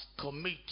commit